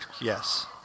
Yes